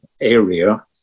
area